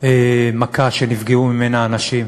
מכה שנפגעו ממנה אנשים,